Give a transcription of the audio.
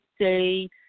say